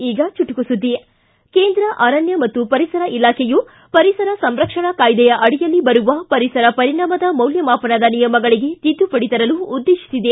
ಈಗ ಚುಟುಕು ಸುದ್ದಿ ಕೇಂದ್ರ ಅರಣ್ಯ ಮತ್ತು ಪರಿಸರ ಇಲಾಬೆಯು ಪರಿಸರ ಸಂರಕ್ಷಣಾ ಕಾಯ್ದೆಯ ಅಡಿಯಲ್ಲಿ ಬರುವ ಪರಿಸರ ಪರಿಣಾಮದ ಮೌಲ್ಯಮಾಪನದ ನಿಯಮಗಳಿಗೆ ತಿದ್ದುಪಡಿತರಲು ಉದೇಶಿಸಿದೆ